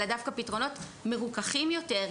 אלא דווקא פתרונות מרוככים יותר,